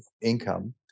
income